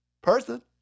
person